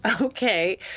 Okay